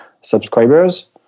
subscribers